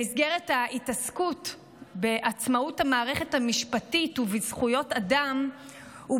במסגרת ההתעסקות בעצמאות המערכת המשפטית ובזכויות אדם הוא